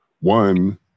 One